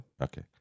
okay